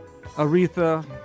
Aretha